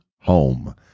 home